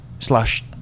Slash